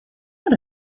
not